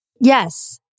Yes